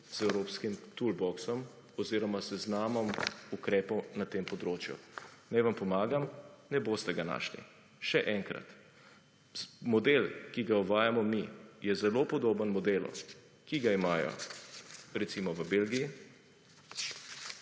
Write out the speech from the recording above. z evropskim toolboxom oziroma seznamom ukrepov na tem področju. Naj vam pomagam, ne boste ga našli. Še enkrat, model, ki ga uvajamo mi, je zelo podoben modelu, ki ga imajo recimo v Belgiji,